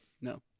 No